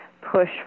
push